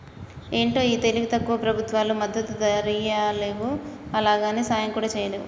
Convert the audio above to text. ఏంటో ఈ తెలివి తక్కువ ప్రభుత్వాలు మద్దతు ధరియ్యలేవు, అలాగని సాయం కూడా చెయ్యలేరు